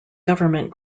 government